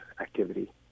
activity